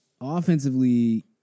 offensively